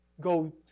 go